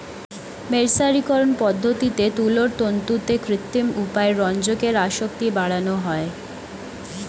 মের্সারিকরন পদ্ধতিতে তুলোর তন্তুতে কৃত্রিম উপায়ে রঞ্জকের আসক্তি বাড়ানো হয়